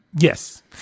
Yes